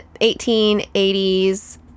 1880s